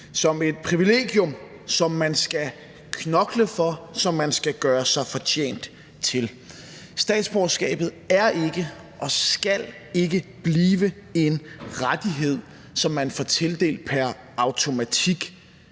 som et privilegium, som man skal knokle for, som man skal gøre sig fortjent til. Statsborgerskabet er ikke og skal ikke blive en rettighed, som man får tildelt pr. automatik,